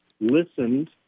listened